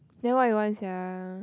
then what you want sia